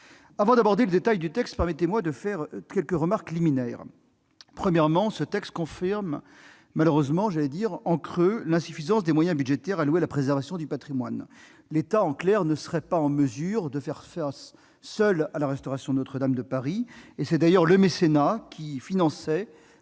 Avant d'aborder le détail du texte, permettez-moi de faire quelques remarques liminaires. Premièrement, ce texte confirme malheureusement, en creux, l'insuffisance des moyens budgétaires alloués à la préservation du patrimoine. L'État ne serait pas en mesure de faire face seul à la restauration de Notre-Dame de Paris. C'est d'ailleurs le mécénat qui finançait,